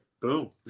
boom